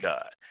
God